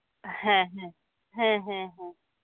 ᱦᱮᱸ ᱦᱮᱸ ᱦᱮᱸ ᱦᱮᱸ